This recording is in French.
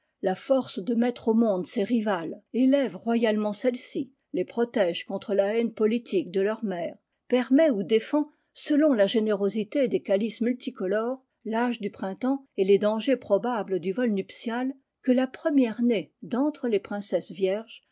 la force de mettre au monde ses rivales élève royalement celles-ci les protège contre la haine politique de lenr mère permet ou défend selon la générosité des calices multicolores tâge du printemps et les dangers probables du vol nuptial que la première née d'entre les princesses vierges